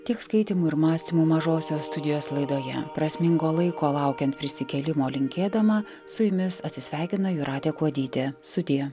tiek skaitymų ir mąstymų mažosios studijos laidoje prasmingo laiko laukiant prisikėlimo linkėdama su jumis atsisveikina jūratė kuodytė sudie